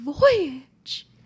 voyage